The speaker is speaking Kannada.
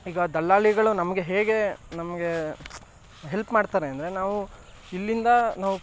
ಈಗ ದಲ್ಲಾಳಿಗಳು ನಮಗೆ ಹೇಗೆ ನಮಗೆ ಹೆಲ್ಪ್ ಮಾಡ್ತಾರೆ ಅಂದರೆ ನಾವು ಇಲ್ಲಿಂದ ನಾವು